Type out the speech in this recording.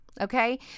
Okay